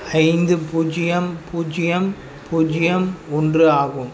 ஐந்து பூஜ்ஜியம் பூஜ்ஜியம் பூஜ்ஜியம் ஒன்று ஆகும்